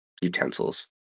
utensils